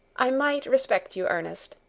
i might respect you, ernest,